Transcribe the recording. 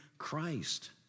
Christ